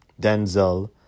Denzel